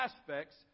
aspects